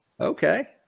Okay